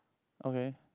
okay